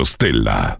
Stella